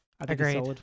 Agreed